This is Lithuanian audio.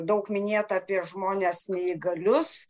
daug minėta apie žmones neįgalius